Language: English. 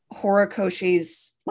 Horikoshi's